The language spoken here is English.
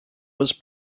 was